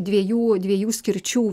dviejų dviejų skirčių